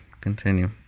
continue